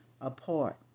apart